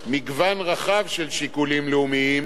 מגוון רחב של שיקולים לאומיים,